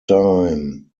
time